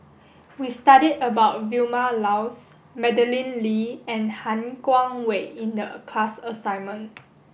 we studied about Vilma Laus Madeleine Lee and Han Guangwei in the class assignment